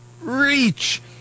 reach